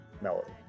melody